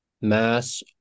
mass